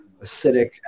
acidic